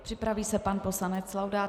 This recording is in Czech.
Připraví se pan poslanec Laudát.